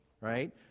right